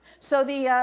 so, the,